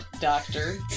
doctor